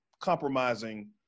compromising